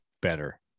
better